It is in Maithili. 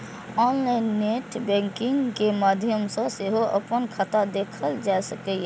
ऑनलाइन नेट बैंकिंग के माध्यम सं सेहो अपन खाता देखल जा सकैए